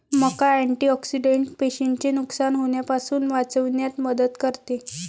मका अँटिऑक्सिडेंट पेशींचे नुकसान होण्यापासून वाचविण्यात मदत करते